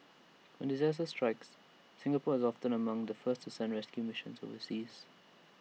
when disaster strikes Singapore is often among the first to send rescue missions overseas